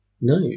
No